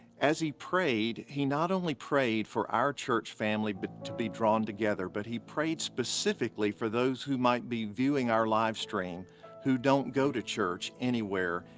as he prayed, he not only prayed for our church family but to be drawn together, but he prayed specifically for those who might be viewing our live stream who don't go to church anywhere,